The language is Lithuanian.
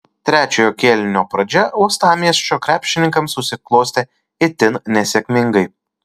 trečiojo kėlinio pradžia uostamiesčio krepšininkams susiklostė itin nesėkmingai